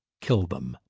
kill them.